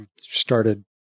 started